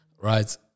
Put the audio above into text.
right